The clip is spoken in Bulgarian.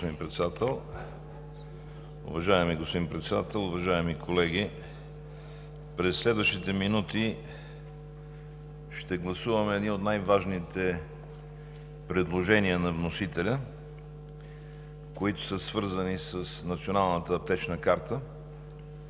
През следващите минути ще гласуваме едни от най-важните предложения на вносителя, които са свързани с